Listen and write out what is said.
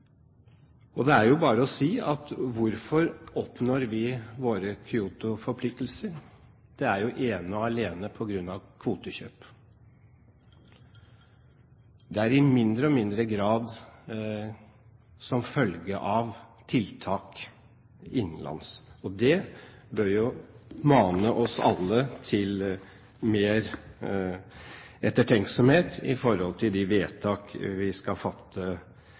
Og man kan spørre: Hvorfor oppfyller vi våre Kyoto-forpliktelser? Det er ene og alene på grunn av kvotekjøp – i mindre og mindre grad som følge av tiltak innenlands. Det bør jo mane oss alle til mer ettertenksomhet med hensyn til de vedtak vi skal fatte,